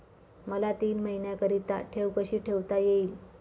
मला तीन महिन्याकरिता ठेव कशी ठेवता येईल?